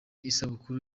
isabukuru